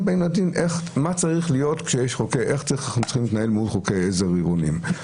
באים לדון מה צריך להיות ואיך צריך להתנהל מול חוקי עזר עירוניים.